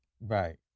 Right